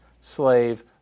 slave